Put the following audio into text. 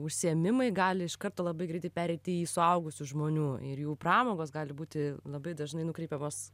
užsiėmimai gali iš karto labai greitai pereiti į suaugusių žmonių ir jų pramogos gali būti labai dažnai nukreipiamos